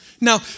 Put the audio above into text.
Now